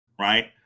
right